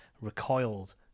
recoiled